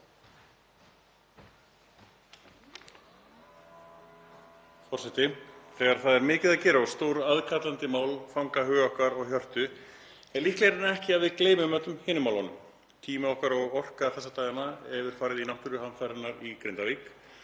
Þegar það er mikið að gera og stór aðkallandi mál fanga hug okkar og hjörtu er líklegra en ekki að við gleymum öllum hinum málunum. Tími okkar og orka þessa dagana hefur farið í náttúruhamfarirnar í Grindavík